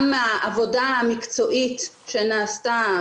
גם העבודה המקצועית שנעשתה,